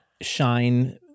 shine